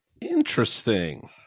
Interesting